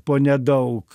po nedaug